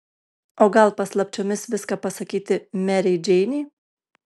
o gal paslapčiomis viską pasakyti merei džeinei